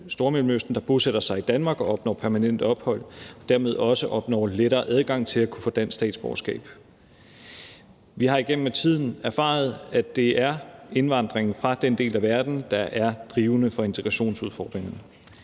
Stormellemøsten der bosætter sig i Danmark og opnår permanent ophold og dermed også opnår lettere adgang til at kunne få dansk statsborgerskab. Vi har igennem tiden erfaret, at det er indvandring fra den del af verden, der er drivende for integrationsudfordringen.